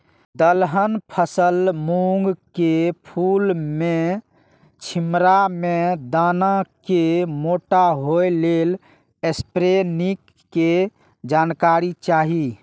दलहन फसल मूँग के फुल में छिमरा में दाना के मोटा होय लेल स्प्रै निक के जानकारी चाही?